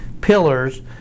pillars